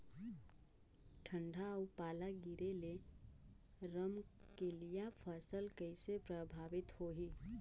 ठंडा अउ पाला गिरे ले रमकलिया फसल कइसे प्रभावित होही?